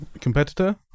competitor